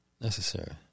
Necessary